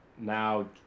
now